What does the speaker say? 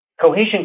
Cohesion